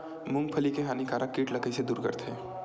मूंगफली के हानिकारक कीट ला कइसे दूर करथे?